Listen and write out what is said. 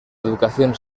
educación